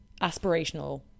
aspirational